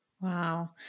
Wow